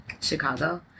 Chicago